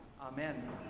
Amen